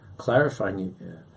Clarifying